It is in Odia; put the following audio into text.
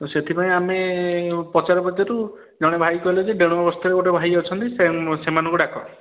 ତ ସେଥିପାଇଁ ଆମେ ପଚାରୁ ପଚାରୁ ଜଣେ ଭାଇ କହିଲେ ଯେ ବସ୍ତିରେ ଗୋଟେ ଭାଇ ଅଛନ୍ତି ସେ ସେମାନଙ୍କୁ ଡାକ